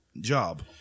job